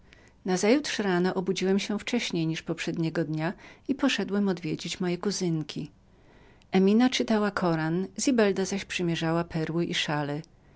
nazajutrz z rana obudziłem się wcześniej i poszedłem odwiedzić moje kuzynki emina czytała koran zibelda zaś przymierzała perły i szale